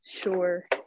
sure